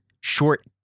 short